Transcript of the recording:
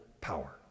power